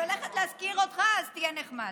לסקי, אני הולכת להזכיר אותך, אז תהיה נחמד.